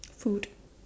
food